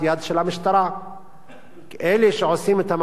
אלה שעושים את המעשים האלה יודעים שהסכנה